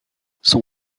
son